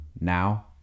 now